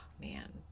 man